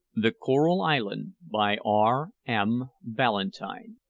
the coral island, by r m. ballantyne.